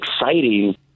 exciting